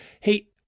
hey